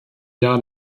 jahr